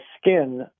skin